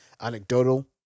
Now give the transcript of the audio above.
anecdotal